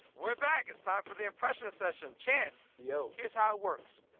we're back. it's time for the impression session. chance. yo. here's how it works.